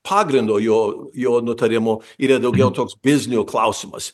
pagrindo jo jo nutarimo yra daugiau toks biznio klausimas